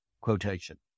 quotation